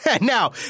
now